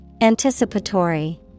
Anticipatory